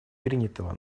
принятого